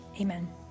Amen